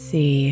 See